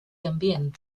ambient